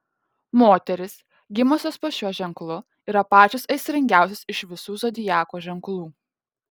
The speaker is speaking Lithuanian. moterys gimusios po šiuo ženklu yra pačios aistringiausios iš visų zodiako ženklų